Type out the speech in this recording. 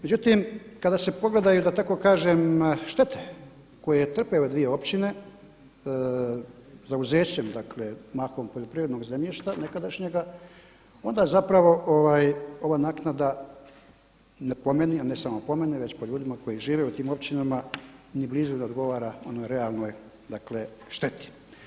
Međutim, kada se pogledaju da tako kažem štete koje trpe ove dvije općine, zauzećem dakle mahom poljoprivrednog zemljišta nekadašnjega onda zapravo ova naknada po meni, a ne samo po meni, već po ljudima koji žive u tim općinama ni blizu ne odgovara onoj realnoj, dakle šteti.